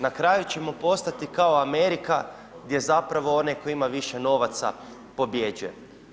Na kraju ćemo postati kao Amerika gdje zapravo onaj tko ima više novaca pobjeđuje.